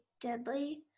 deadly